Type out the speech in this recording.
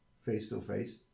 face-to-face